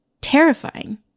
terrifying